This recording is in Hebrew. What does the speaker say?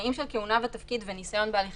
התנאים של כהונה ותפקיד וניסיון בהליכי